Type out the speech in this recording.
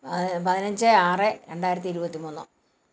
പതിനഞ്ച് ആറ് രണ്ടായിരത്തി ഇരുപത്തി മൂന്ന്